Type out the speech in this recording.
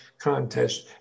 contest